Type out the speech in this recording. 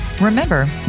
Remember